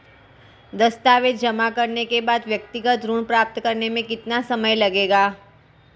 दस्तावेज़ जमा करने के बाद व्यक्तिगत ऋण प्राप्त करने में कितना समय लगेगा?